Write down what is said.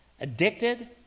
addicted